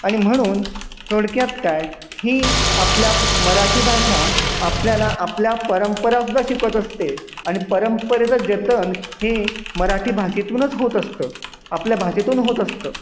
आणि म्हणून थोडक्यात काय ही आपल्या मराठी भाषा आपल्याला आपल्या परंपरासुद्धा शिकवत असते आणि परंपरेचं जतन हे मराठी भाषेतूनच होत असतं आपल्या भाषेतून होत असतं